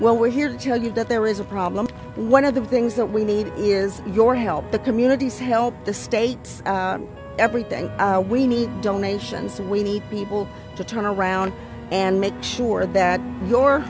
well we're here to tell you that there is a problem one of the things that we need ears your help the communities help the states everything we need donations and we need people to turn around and make sure that your